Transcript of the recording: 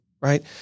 right